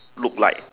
look like